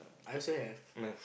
I also have